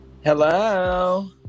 Hello